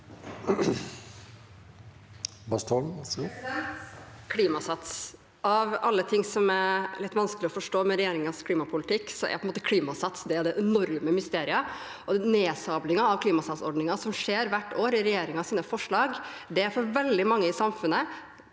Klimasats – av alle ting som er litt vanskelig å forstå ved regjeringens klimapolitikk, er Klimasats det enorme mysteriet. Den nedsablingen av Klimasats-ordningen som skjer i regjeringens forslag hvert år, er uforståelig for veldig mange i samfunnet,